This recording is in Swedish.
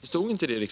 Det står inte heller